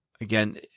again